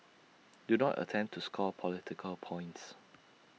do not attempt to score political points